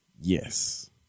Yes